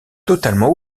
totalement